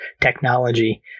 technology